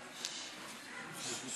איימן עודה,